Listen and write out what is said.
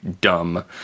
dumb